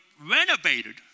renovated